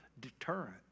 deterrent